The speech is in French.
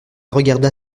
regarda